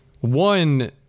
one